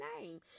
name